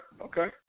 okay